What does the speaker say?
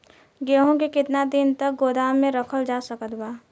गेहूँ के केतना दिन तक गोदाम मे रखल जा सकत बा?